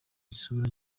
isura